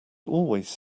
always